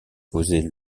posée